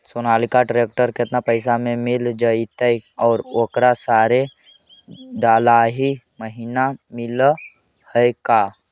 Sonalika tractor केतना पैसा में मिल जइतै और ओकरा सारे डलाहि महिना मिलअ है का?